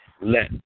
let